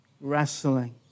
wrestling